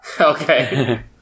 Okay